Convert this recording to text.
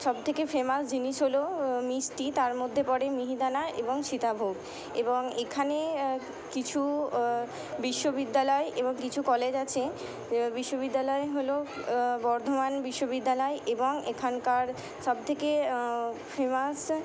সবথেকে ফেমাস জিনিস হলো মিষ্টি তার মধ্যে পড়ে মিহিদানা এবং সীতাভোগ এবং এখানে কিছু বিশ্ববিদ্যালয় এবং কিছু কলেজ আছে বিশ্ববিদ্যালয় হলো বর্ধমান বিশ্ববিদ্যালয় এবং এখানকার সবথেকে ফেমাস